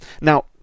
Now